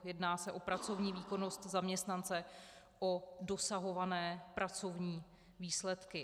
Jedná se o pracovní výkonnost zaměstnance, o dosahované pracovní výsledky.